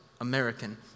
American